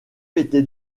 était